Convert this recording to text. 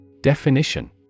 Definition